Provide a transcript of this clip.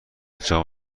جام